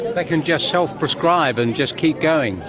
but can just self-prescribe and just keep going.